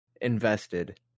invested